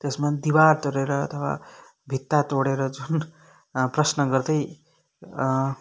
त्यसमा दिवार तोडेर अथवा भित्ता टोडेर जुन प्रश्न गर्थे